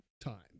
time